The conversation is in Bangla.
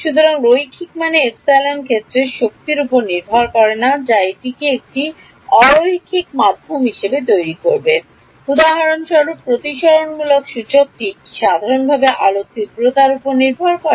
সুতরাং রৈখিক মানে এপিসলন ক্ষেত্রের শক্তির উপর নির্ভর করে না যা এটিকে একটি অ রৈখিক মাধ্যম হিসাবে তৈরি করবে উদাহরণস্বরূপ প্রতিসরণমূলক সূচকটি কি সাধারণভাবে আলোর তীব্রতার উপর নির্ভর করে